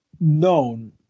known